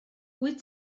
wyt